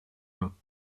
main